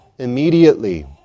immediately